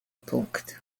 punkt